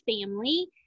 family